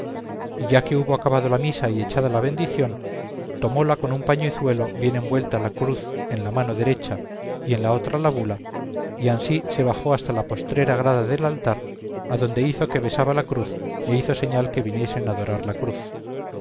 y ya que hubo acabado la misa y echada la bendición tomóla con un pañizuelo bien envuelta la cruz en la mano derecha y en la otra la bula y ansí se bajó hasta la postrera grada del altar adonde hizo que besaba la cruz e hizo señal que viniesen adorar la cruz